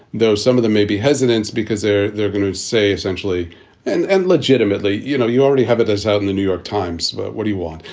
though, some of them may be hesitant because they're they're going to say essentially and and legitimately, you know, you already have it as out in the new york times. but what you want.